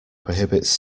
prohibits